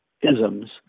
isms